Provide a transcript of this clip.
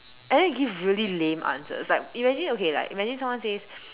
and then they give really lame answers like imagine okay like imagine someone says